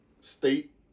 State